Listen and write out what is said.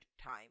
time